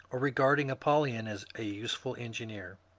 or regarding apouyon as a useful engineer.